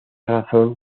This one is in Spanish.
razón